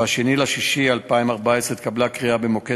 ב-2 ביוני 2014 התקבלה קריאה במוקד